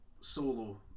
solo